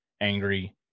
angry